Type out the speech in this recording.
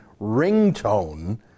ringtone